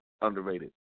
underrated